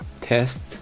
test